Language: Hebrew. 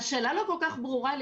השאלה לא כל כך ברורה לי,